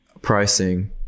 pricing